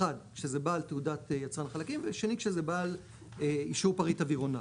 אחד שזה בעל תעודת יצרן חלקים ושנית שזה בעל אישור פריט אווירונאוטי.